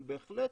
אבל בהחלט